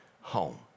home